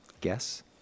guess